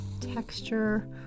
texture